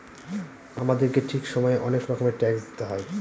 আমাদেরকে ঠিক সময়ে অনেক রকমের ট্যাক্স দিতে হয়